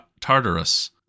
Tartarus